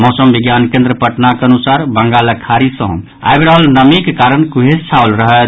मौसम विज्ञान केन्द्र पटनाक अनुसार बंगालक खाड़ी सँ आबि रहल नमीक कारण कुहेस छाओल रहत